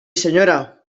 señora